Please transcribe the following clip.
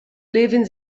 levin